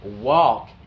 walk